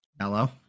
Hello